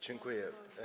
Dziękuję.